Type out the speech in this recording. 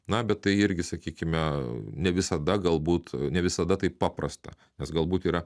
na bet tai irgi sakykime ne visada galbūt ne visada taip paprasta nes galbūt yra